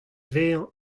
vezañ